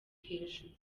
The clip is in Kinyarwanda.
hejuru